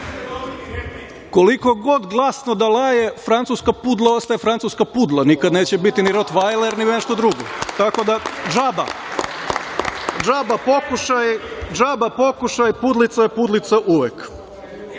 Koliko god glasno da laje francuska pudla ostaje francuska pudla. Nikad neće biti ni rotvajler, ni nešto drugo. Tako da, džaba, džaba pokušaj – pudlica je pudlica uvek. Da